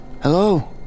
Hello